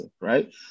Right